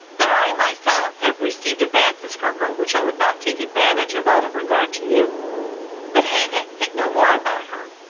that i myself have received advances from her which i would not take advantage of out of regard to you but hang it, think no more about her.